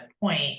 point